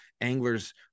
anglers